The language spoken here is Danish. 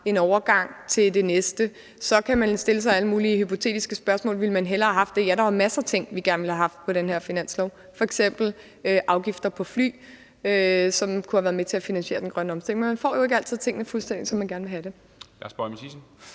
en overgang til det næste. Så kan man stille alle mulige hypotetiske spørgsmål: Ville man hellere have haft nogle andre ting? Ja, der var masser af ting, vi gerne ville have haft på den her finanslov, f.eks. afgifter på flyrejser, som kunne have været med til at finansiere den grønne omstilling. Men man får jo ikke altid tingene, fuldstændig som man gerne vil have dem. Kl. 11:59 Formanden